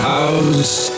House